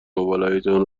موبایلهایتان